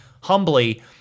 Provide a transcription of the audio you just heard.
humbly